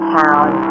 town